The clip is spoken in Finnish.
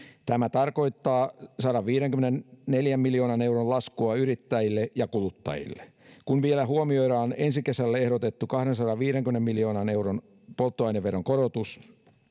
tämä tarkoittaa sadanviidenkymmenenneljän miljoonan euron laskua yrittäjille ja kuluttajille kun vielä huomioidaan ensi kesälle ehdotettu kahdensadanviidenkymmenen miljoonan euron polttoaineveron korotus